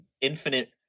infinite